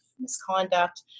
misconduct